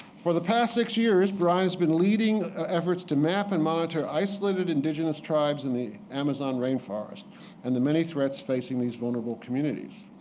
for the past six years, brian has been leading efforts to map and monitor isolated indigenous tribes in the amazon rainforest and the many threats facing these vulnerable communities.